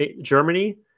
Germany